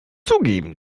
zugeben